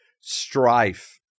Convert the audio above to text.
strife